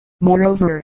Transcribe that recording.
moreover